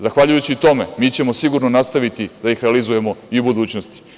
Zahvaljujući tome, mi ćemo sigurno nastaviti da ih realizujemo i u budućnosti.